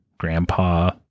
Grandpa